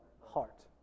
heart